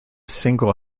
single